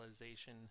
realization